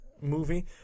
movie